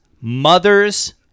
mothers